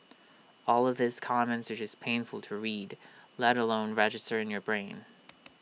all of these comments are just painful to read let alone register in your brain